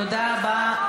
תודה רבה.